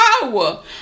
power